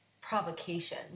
provocation